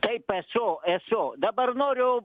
taip esu esu dabar noriu